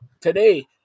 today